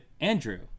Andrew